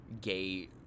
gay